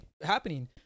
happening